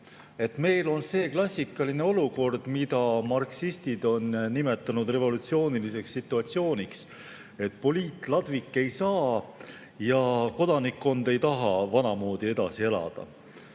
Meil on see klassikaline olukord, mida marksistid on nimetanud revolutsiooniliseks situatsiooniks, et poliitladvik ei saa ja kodanikkond ei taha vanamoodi edasi elada.